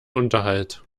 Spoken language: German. unterhalt